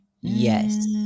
yes